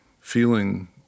feeling